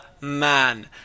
Man